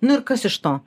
nu ir kas iš to